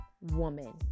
woman